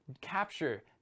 capture